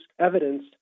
evidence